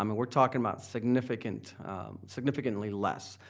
um we're talking about significantly significantly less.